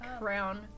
crown